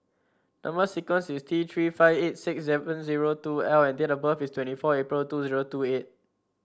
number sequence is T Three five eight six seven zero two L and date of birth is twenty four April two zero two eight